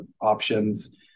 options